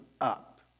up